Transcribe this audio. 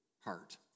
heart